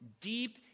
deep